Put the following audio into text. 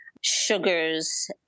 sugars